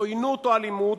עוינות או אלימות,